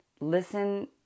listen